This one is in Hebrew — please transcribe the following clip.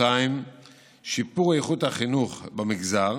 2. שיפור איכות החינוך במגזר